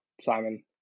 simon